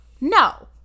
no